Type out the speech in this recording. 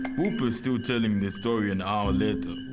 still telling the story an hour later.